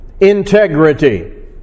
integrity